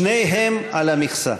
שניהם על המכסה.